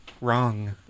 Wrong